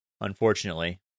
Unfortunately